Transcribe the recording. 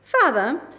Father